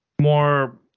more